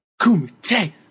Kumite